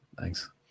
Thanks